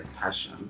passion